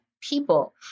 people